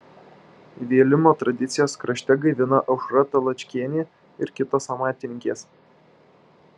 vėlimo tradicijas krašte gaivina aušra taločkienė ir kitos amatininkės